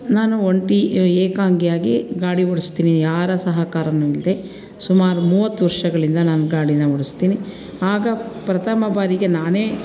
ನಾನು ಒಂಟಿ ಏಕಾಂಗಿಯಾಗಿ ಗಾಡಿ ಓಡ್ಸ್ತೀನಿ ಯಾರ ಸಹಕಾರವೂ ಇಲ್ಲದೇ ಸುಮಾರು ಮೂವತ್ತು ವರ್ಷಗಳಿಂದ ನಾನು ಗಾಡಿನ ಓಡಿಸ್ತೀನಿ ಆಗ ಪ್ರಥಮ ಬಾರಿಗೆ ನಾನೇ